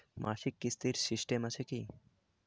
মাসিক কিস্তির সিস্টেম আছে কি?